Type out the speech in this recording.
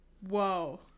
Whoa